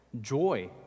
joy